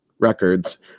Records